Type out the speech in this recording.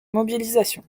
mobilisation